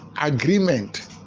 agreement